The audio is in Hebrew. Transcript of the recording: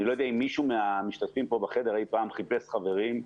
אני לא יודע אם מישהו מהמשתתפים פה בחדר אי-פעם חיפש חברים,